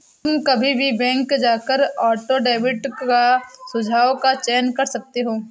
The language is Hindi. तुम कभी भी बैंक जाकर ऑटो डेबिट का सुझाव का चयन कर सकते हो